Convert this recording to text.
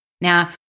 Now